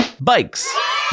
bikes